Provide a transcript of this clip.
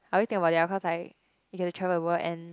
I already think about it ah cause I you get to travel the world and